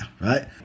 right